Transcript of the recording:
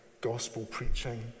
gospel-preaching